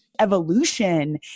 evolution